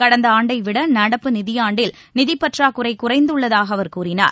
கடந்த ஆண்டைவிட நடப்பு நிதியாண்டில் நிதிப்பற்றாக்குறை குறைந்துள்ளதாக அவர் கூறினார்